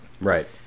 Right